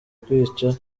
kwica